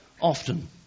often